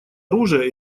оружия